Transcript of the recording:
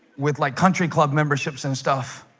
with like country club memberships and stuff